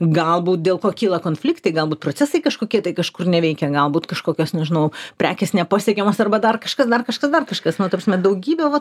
galbūt dėl ko kyla konfliktai galbūt procesai kažkokie tai kažkur neveikia galbūt kažkokios nežinau prekės nepasiekiamos arba dar kažkas dar kažkas dar kažkas nu ta prasme daugybė va